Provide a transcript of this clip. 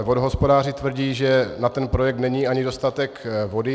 Vodohospodáři tvrdí, že na ten projekt není ani dostatek vody.